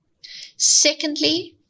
Secondly